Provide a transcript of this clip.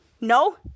no